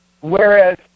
whereas